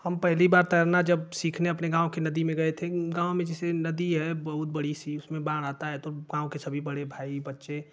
हम पहली बार तैरना जब सीखने अपने गाँव के नदी में गये थे गाँव में जैसे नदी है बहुत बड़ी इस में जब बाढ़ आता है तो गाँव के सभी बड़े भाई बच्चे